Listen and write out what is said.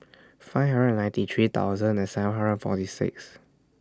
five hundred and ninety three thousand and seven hundred and forty six